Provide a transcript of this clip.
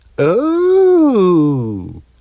Oh